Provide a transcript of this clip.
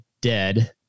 dead